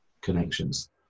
connections